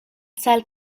sal